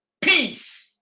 peace